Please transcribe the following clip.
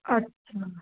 अच्छा